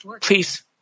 please